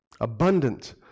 Abundant